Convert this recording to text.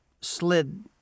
slid